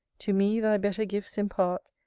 to me thy better gifts impart,